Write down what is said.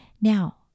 Now